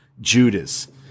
judas